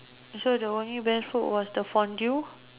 so the only best food was the fondue